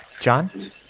John